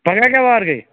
پَگاہ کیٛاہ وار گٔے